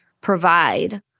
provide